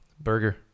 burger